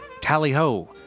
tally-ho